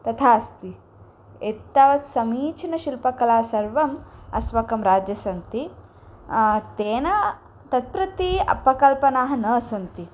तथा अस्ति एतावत् समीचीनशिल्पकला सर्वम् अस्माकं राज्ये सन्ति तेन तत् प्रति अपकल्पनाः न सन्ति